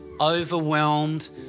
overwhelmed